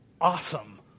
awesome